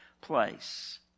place